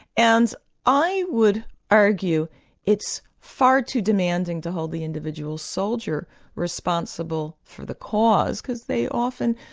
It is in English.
and i would argue it's far too demanding to hold the individual soldier responsible for the cause because they often,